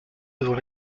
devant